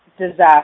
disaster